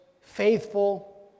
faithful